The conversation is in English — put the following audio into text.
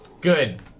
Good